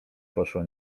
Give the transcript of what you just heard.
poszła